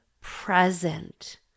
present